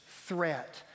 threat